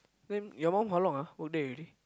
then your mum how long ah work there already